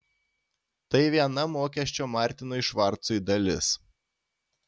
tai viena mokesčio martinui švarcui dalis